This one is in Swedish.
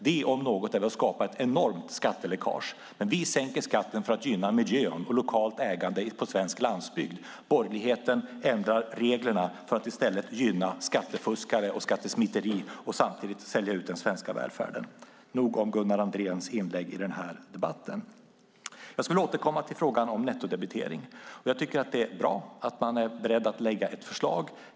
Det om något är väl att skapa ett enormt skatteläckage. Vi sänker skatten för att gynna miljön och lokalt ägande på svensk landsbygd. Borgerligheten ändrar reglerna för att i stället gynna skattefuskare och skattesmiteri och samtidigt sälja ut den svenska välfärden. Nog om Gunnar Andréns inlägg i den här debatten. Jag skulle vilja återkomma till frågan om nettodebitering. Jag tycker att det är bra att man är beredd att lägga fram ett förslag.